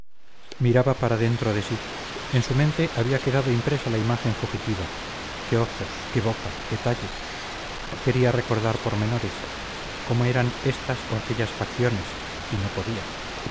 miraba para dentro de sí en su mente había quedado impresa la imagen fugitiva qué ojos qué boca qué talle quería recordar pormenores cómo eran estas o aquellas facciones y no podía